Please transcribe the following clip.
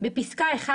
"(2)בפסקה (1),